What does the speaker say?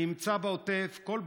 אני נמצא בעוטף כל בוקר,